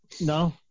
No